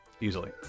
Easily